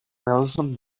nelson